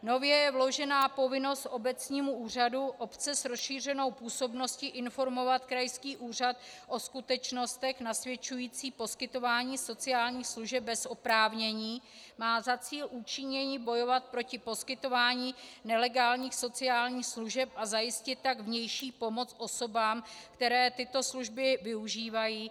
Nově vložená povinnost obecnímu úřadu obce s rozšířenou působností informovat krajský úřad o skutečnostech nasvědčujících poskytování sociálních služeb bez oprávnění má za cíl účinněji bojovat proti poskytování nelegálních sociálních služeb, a zajistit tak vnější pomoc osobám, které tyto služby využívají.